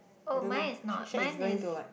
I don't know she said is going to like